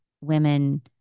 women